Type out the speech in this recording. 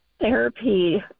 therapy